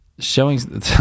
Showing